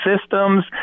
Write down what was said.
Systems